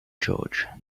george